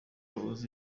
uzi